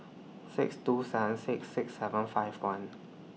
six two seven six six seven five one